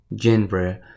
genre